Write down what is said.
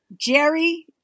Jerry